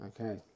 Okay